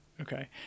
okay